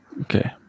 Okay